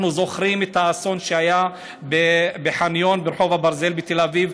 אנחנו זוכרים את האסון שהיה בחניון ברחוב הברזל בתל אביב.